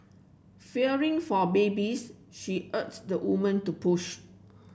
fearing for babies she urged the woman to push